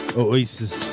Oasis